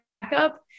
backup